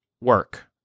work